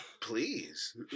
Please